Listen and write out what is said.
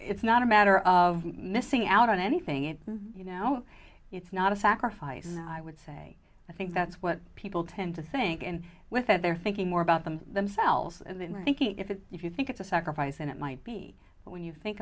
it's not a matter of missing out on anything it's you know it's not a sacrifice and i would say i think that's what people tend to think and with that they're thinking more about them themselves and in their thinking if it if you think it's a sacrifice and it might be but when you think